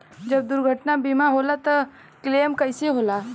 जब दुर्घटना बीमा होला त क्लेम कईसे होला?